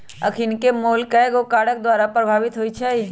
अखनिके मोल कयगो कारक द्वारा प्रभावित होइ छइ